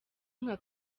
nka